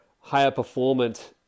higher-performance